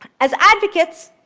as advocates,